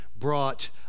brought